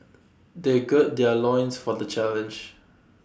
they gird their loins for the challenge